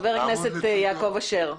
חבר הכנסת יעקב אשר.